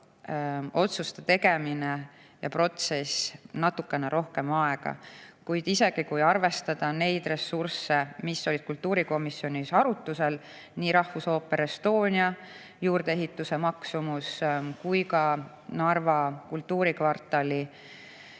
otsuste tegemine ja protsess natukene rohkem aega. Kuid isegi, kui arvestada neid ressursse, mis olid kultuurikomisjonis arutlusel, nii Rahvusooperi Estonia juurdeehituse maksumus kui ka Narva kultuurikvartali